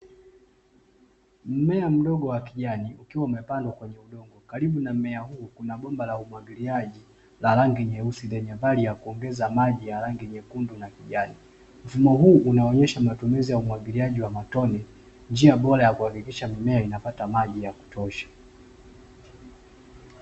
Mmea mdogo wa kijani ukiwa umepandwa kwenye udongo. Karibu na mmea huo kuna bomba la umwagiliaji la rangi nyeusi, lenye hali ya kuongeza maji la rangi nyekundu na kijani. Mfumo huu unaonyesha matumizi ya umwagiliaji wa matone. Njia bora ya kuhakikisha mimea inapata maji ya kutosha.